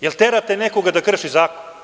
Je li terate nekoga da krši zakon?